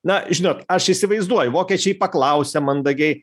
na žinot aš įsivaizduoju vokiečiai paklausia mandagiai